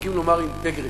נוהגים לומר אינטגריטי,